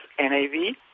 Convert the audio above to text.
NAV